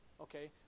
Okay